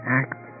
act